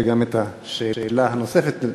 וגם השאלה הנוספת,